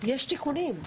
שיש תיקונים.